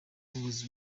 ubuyobozi